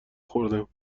خوردم